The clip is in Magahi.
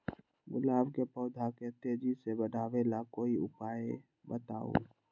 गुलाब के पौधा के तेजी से बढ़ावे ला कोई उपाये बताउ?